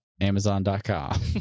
Amazon.com